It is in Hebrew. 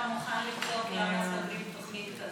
אתה מוכן לבדוק למה סוגרים תוכנית כזאת?